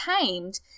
tamed